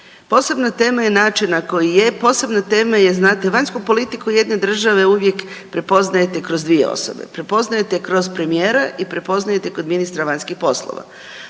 Posebna tema je način na koji je, posebna tema je znate vanjsku politiku jedne države uvijek prepoznajete kroz dvije osobe. Prepoznajete kroz premijera i prepoznajete kod ministra vanjskih poslova.